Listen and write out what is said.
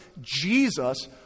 Jesus